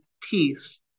peace